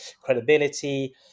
credibility